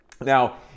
Now